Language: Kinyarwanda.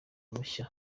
mushya